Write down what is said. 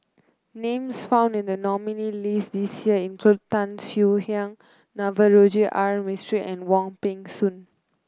names found in the nominees' list this year include Tan Swie Hian Navroji R Mistri and Wong Peng Soon